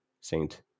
Saint